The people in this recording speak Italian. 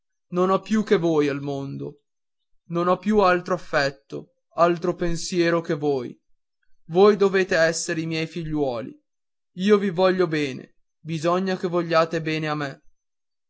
non ho più che voi al mondo non ho più altro affetto altro pensiero che voi voi dovete essere i miei figliuoli io vi voglio bene bisogna che vogliate bene a me